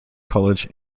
college